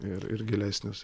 ir ir gilesnės